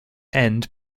end